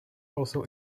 also